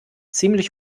ziemlich